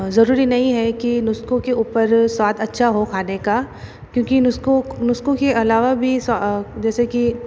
ज़रूरी नहीं है कि नुस्को के ऊपर स्वाद अच्छा हो खाने का क्योंकि नुस्को नुस्को के अलावा भी जैसे की